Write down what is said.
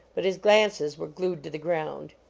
but his glances were glued to the ground.